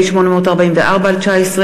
פ/844/19,